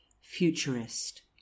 futurist